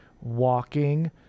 Walking